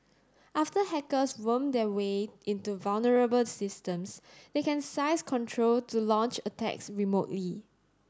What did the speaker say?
after hackers worm their way into vulnerable systems they can seize control to launch attacks remotely